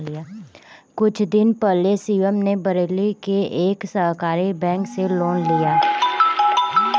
कुछ दिन पहले शिवम ने बरेली के एक सहकारी बैंक से लोन लिया